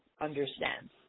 understand